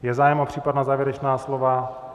Je zájem o případná závěrečná slova?